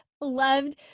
loved